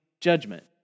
judgment